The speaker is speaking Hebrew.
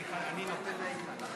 אני נותן לאיתן.